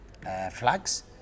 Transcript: flags